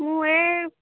ମୁଁ ଏ